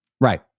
Right